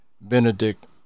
Benedict